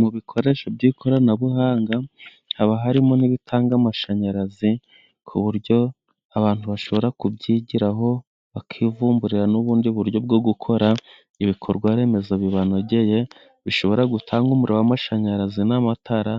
Mu bikoresho by'ikoranabuhanga haba harimo n'ibitanga amashanyarazi, ku buryo abantu bashobora kubyigiraho bakivumburira n'ubundi buryo bwo gukora ibikorwa remezo bibanogeye, bishobora gutanga umuriro wamashanyarazi n'amatara,